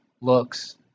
looks